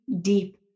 deep